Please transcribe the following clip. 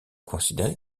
considérée